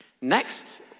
Next